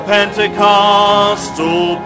Pentecostal